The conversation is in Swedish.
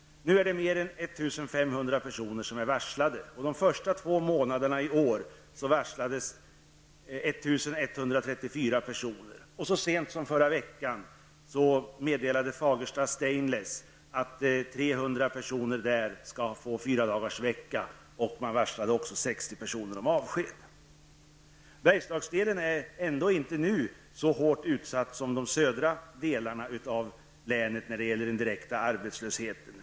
Nu är mer än 1 500 personer varslade. Under de två första månaderna i år varslades 1 134 personer. Så sent som förra veckan meddelade Fagersta Bergslagsdelen är nu inte så hårt utsatt som de södra delarna av länet när det gäller den direkta arbetslösheten.